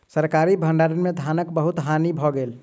सरकारी भण्डार में धानक बहुत हानि भ गेल